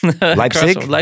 Leipzig